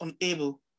unable